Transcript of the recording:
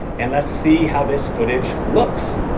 and let's see how this footage looks.